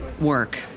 work